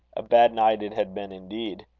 a bad night it had been indeed.